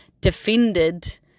defended